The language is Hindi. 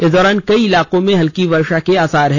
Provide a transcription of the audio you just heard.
इस दौरान कई इलाके में हल्की वर्षा के आसार हैं